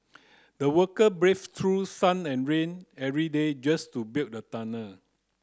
the worker braved through sun and rain every day just to build the tunnel